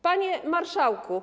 Panie Marszałku!